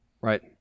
Right